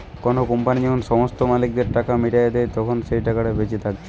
কোনো কোম্পানি যখন সমস্ত মালিকদের টাকা মিটাইয়া দেই, তখন যেই টাকাটা বেঁচে থাকতিছে